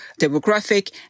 demographic